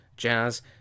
jazz